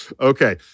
Okay